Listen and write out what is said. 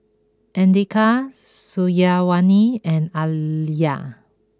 Andika Syazwani and Alya